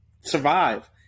survive